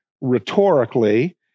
rhetorically